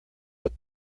what